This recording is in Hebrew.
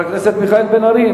חבר הכנסת מיכאל בן-ארי,